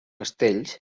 castells